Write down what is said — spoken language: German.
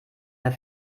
der